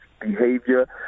behavior